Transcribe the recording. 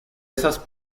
esas